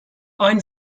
aynı